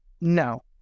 No